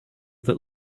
that